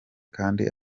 kandi